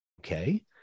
okay